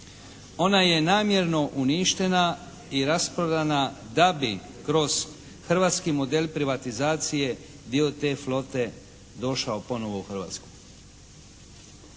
Ona je namjerno uništena i rasprodana da bi kroz hrvatski model privatizacije dio te flote došao ponovo u Hrvatsku.